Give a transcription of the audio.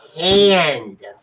hand